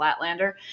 Flatlander